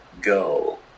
go